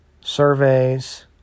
surveys